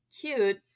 Cute